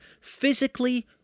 physically